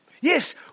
Yes